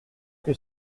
que